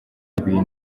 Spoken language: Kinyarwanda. ibintu